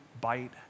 bite